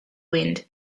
wind